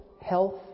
health